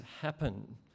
happen